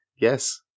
Yes